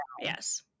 yes